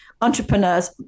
Entrepreneurs